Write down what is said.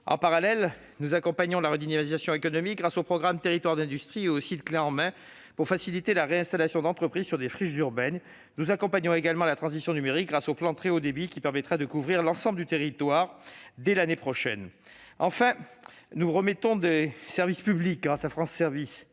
En parallèle, nous accompagnons la redynamisation économique grâce au programme Territoires d'industrie et aux sites clés en main pour faciliter la réinstallation d'entreprises sur des friches urbaines. Nous accompagnons également la transition numérique grâce au plan France Très haut débit, qui permettra de couvrir l'ensemble du territoire dès l'année prochaine. Enfin, nous remettons des services publics, grâce à France Services.